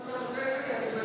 אם אתה נותן לי אני,